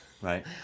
Right